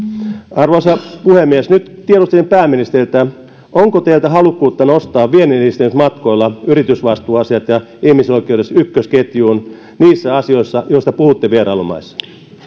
arvoisa puhemies nyt tiedustelen pääministeriltä onko teillä halukkuutta nostaa vienninedistämismatkoillanne yritysvastuuasiat ja ihmisoikeudet ykkösketjuun niissä asioissa joista puhutte vierailumaissa